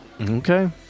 Okay